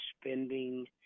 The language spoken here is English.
spending